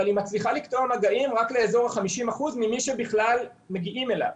אבל היא מצליחה לקטוע מגעים רק לאזור ה-50% ממי שבכלל מגיעים אליה.